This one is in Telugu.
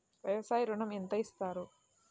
వ్యవసాయ ఋణం ఎంత ఇస్తారు?